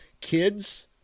Kids